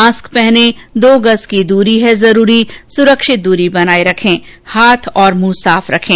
mask पहनें दो गज़ की दूरी है जरूरी सुरक्षित दूरी बनाए रखें हाथ और मुंह साफ रखें